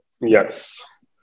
Yes